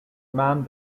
mann